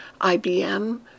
IBM